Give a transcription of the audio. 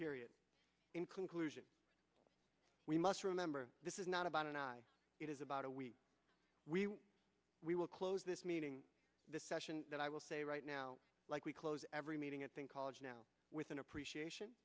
period in conclusion we must remember this is not about an eye it is about a we we we will close this meeting this session that i will say right now like we close every meeting at think college now with an appreciation